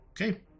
Okay